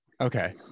Okay